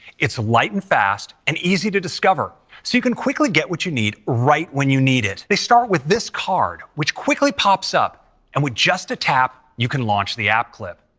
it's light and fast, and easy to discover. so you can quickly get what you need right when you need it. let's start with this card which quickly pops up and with just a tap you can launch the app clip.